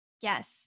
Yes